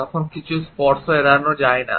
তখন কিছু স্পর্শ এড়ানো যায় না